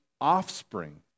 offspring